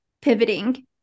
pivoting